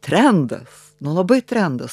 trendas nu labai trendas